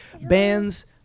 bands